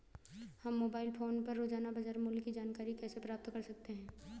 हम mobile phone पर रोजाना बाजार मूल्य की जानकारी कैसे प्राप्त कर सकते हैं?